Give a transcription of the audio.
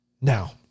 now